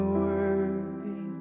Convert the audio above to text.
worthy